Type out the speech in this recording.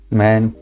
man